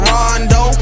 Rondo